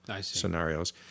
scenarios